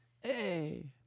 hey